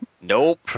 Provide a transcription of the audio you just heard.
Nope